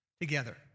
together